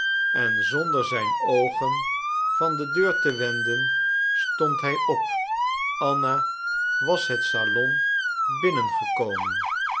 en zonder zijn oogen van de deur te wenden stond hij op anna was het salon